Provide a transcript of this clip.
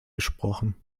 gesprochen